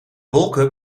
wolken